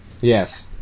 Yes